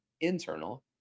internal